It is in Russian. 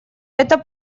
это